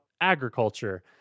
agriculture